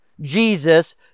Jesus